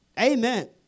Amen